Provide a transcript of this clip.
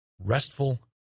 restful